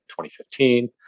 2015